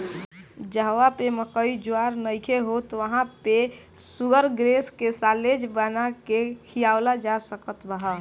जहवा पे मकई ज्वार नइखे होत वहां पे शुगरग्रेज के साल्लेज बना के खियावल जा सकत ह